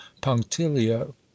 punctilio